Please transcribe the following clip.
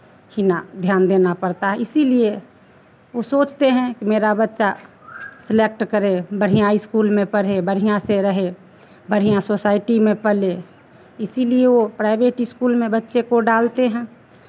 ही ना ध्यान देना पड़ता है इसीलिए वो सोचते हैं कि मेरा बच्चा सेलेक्ट करे बढ़ियाँ स्कूल में पढे़ बढ़ियाँ से रहे बढ़ियाँ सोसाइटी में पले इसीलिए वो प्राइवेट स्कूल में बच्चे को डालते हैं